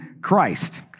Christ